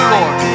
Lord